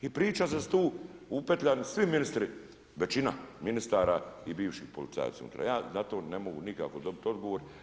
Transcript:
I priča se da su tu upetljani svi ministri, većina ministara i bivših policajaca unutra, ja na to ne mogu nikako dobiti odgovor.